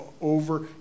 over